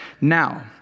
now